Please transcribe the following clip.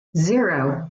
zero